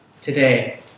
today